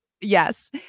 Yes